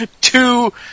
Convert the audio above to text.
two